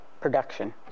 production